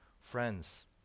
friends